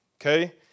okay